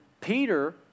Peter